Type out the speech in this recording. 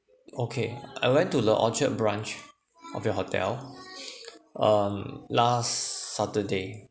okay I went to the orchard branch of your hotel um last saturday